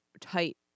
tight